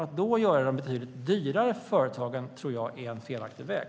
Att då göra det betydligt dyrare för företagen tror jag är en felaktig väg.